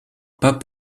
pas